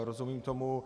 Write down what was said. Rozumím tomu.